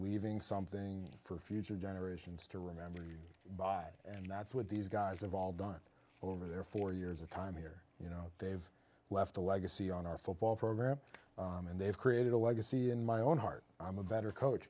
leaving something for future generations to remember you by and that's what these guys have all done over their four years of time here you know they've left a legacy on our football program and they've created a legacy in my own heart i'm a better coach